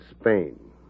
Spain